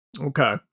Okay